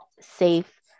safe